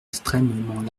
extrêmement